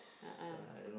a'ah